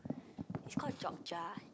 it's called Jogja